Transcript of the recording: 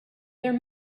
there